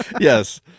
Yes